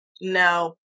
no